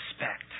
respect